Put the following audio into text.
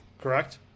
correct